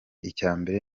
icyambere